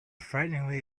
frighteningly